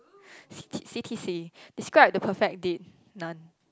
C_T C_T_C describe the perfect date none